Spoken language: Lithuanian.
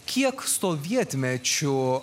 kiek sovietmečiu